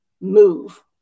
move